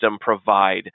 provide